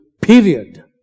period